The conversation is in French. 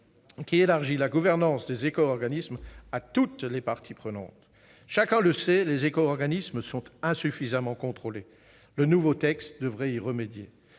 qui élargit la gouvernance des éco-organismes à toutes les parties prenantes. Chacun le sait, les éco-organismes sont insuffisamment contrôlés. Le nouveau texte devrait remédier